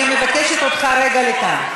אני מבקשת אותך רגע לכאן.